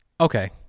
okay